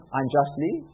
unjustly